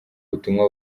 butumwa